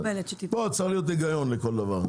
צריך להיות היגיון לכל דבר.